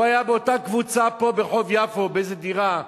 הוא היה באותה קבוצה פה ברחוב יפו באיזו דירה.